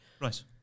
Right